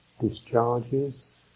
discharges